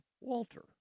Walter